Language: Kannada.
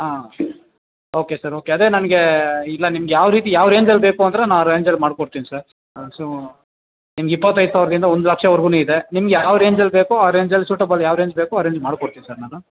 ಹಾಂ ಓಕೆ ಸರ್ ಓಕೆ ಅದೇ ನನಗೆ ಇಲ್ಲ ನಿಮ್ಗೆ ಯಾವರೀತಿ ಯಾವ ರೇಂಜಲ್ಲಿ ಬೇಕು ಅಂದರೆ ನಾನು ಆ ರೇಂಜಲ್ಲಿ ಮಾಡ್ಕೊಡ್ತೀನಿ ಸರ್ ನಿಮ್ಗೆ ಇಪ್ಪತ್ತೈದು ಸಾವಿರದಿಂದ ಒಂದು ಲಕ್ಷವರೆಗೂ ಇದೆ ನಿಮ್ಗೆ ಯಾವ ರೇಂಜಲ್ಲಿ ಬೇಕೋ ಆ ರೇಂಜಲ್ಲಿ ಸೂಟಬಲ್ ಯಾವ ರೇಂಜ್ ಬೇಕೋ ಆ ರೇಂಜ್ ಮಾಡ್ಕೊಡ್ತೀನಿ ಸರ್ ನಾನು